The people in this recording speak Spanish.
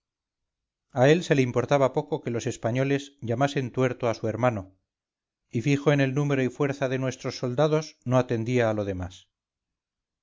a él se le importaba poco que los españoles llamasen tuerto a su hermano y fijo en el número y fuerza de nuestros soldados no atendía a lo demás